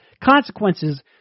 consequences